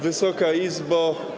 Wysoka Izbo!